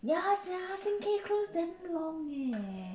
ya sia sing K close damn long leh